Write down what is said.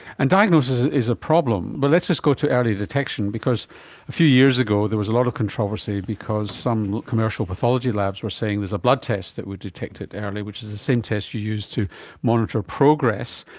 and diagnosis is a problem, but let's just go to early detection because a few years ago there was a lot of controversy because some commercial pathology labs were saying there is a blood test that we detected early which is the same test you use to monitor progress,